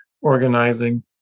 organizing